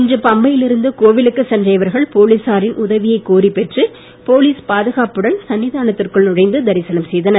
இன்று பம்பையில் இருந்து கோவிலுக்கு சென்ற இவர்கள் போலீசாரின் உதவியை கோரிப் பெற்று போலிஸ் பாதுகாப்புடன் சந்நிதானத்திற்குள் நுழைந்து தரிசனம் செய்தனர்